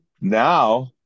Now